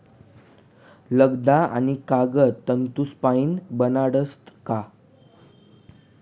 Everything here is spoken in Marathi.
लगदा आणि कागद तंतूसपाईन बनाडतस का